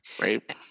Right